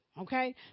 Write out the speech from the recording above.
okay